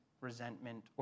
resentment